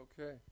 Okay